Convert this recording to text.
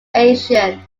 asian